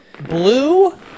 Blue